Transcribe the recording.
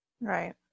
Right